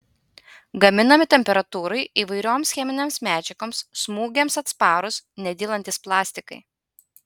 gaminami temperatūrai įvairioms cheminėms medžiagoms smūgiams atsparūs nedylantys plastikai